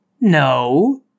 No